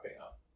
up